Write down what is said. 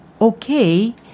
okay